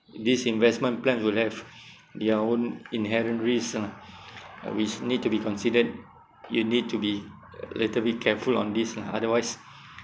risk investment plan will have their own inherent risk lah which need to be considered you need to be little bit careful on this lah otherwise